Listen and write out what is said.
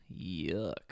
yuck